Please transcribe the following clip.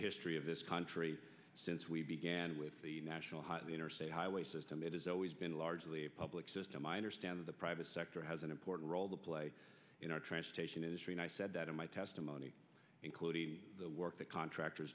history of this country since we began with the national heart of the interstate highway system it has always been largely a public system i understand the private sector has an important role to play in our transportation industry and i said that in my testimony including the work that contractors